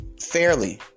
fairly